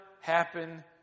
happen